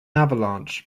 avalanche